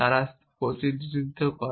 তারা প্রতিনিধিত্ব করে